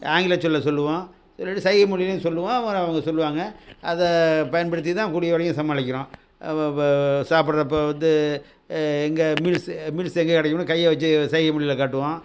ஆங்கிலச்சொல்லை சொல்லுவோம் சொல்லிட்டு சைகை மொழிலேயும் சொல்லுவோம் அப்புறம் அவங்க சொல்லுவாங்க அதை பயன்படுத்திதான் கூடிய வரைக்கும் சமாளிக்கிறோம் சாப்பிட்றப்ப வந்து எங்கே மீல்ஸ்ஸு மீல்ஸ்ஸு எங்கே கிடைக்கும்னு கையை வச்சி சைகை மொழியில் காட்டுவோம்